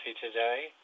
today